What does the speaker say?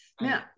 now